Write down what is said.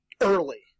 early